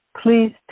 please